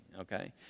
okay